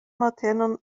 matenon